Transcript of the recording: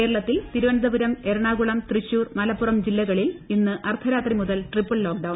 കേരളത്തിൽ തിരുവനന്തപുരം എറണാകുളം തൃശൂർ മലപ്പുറം ജില്ലകളിൽ ഇന്ന് അർദ്ധരാത്രി മുതൽ ട്രിപ്പിൾ ലോക്ക് ഡൌൺ